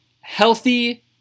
healthy